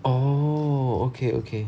oh okay okay